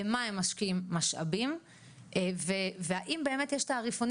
במה הם משקיעים משאבים והאם באמת יש תעריפונים